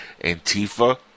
Antifa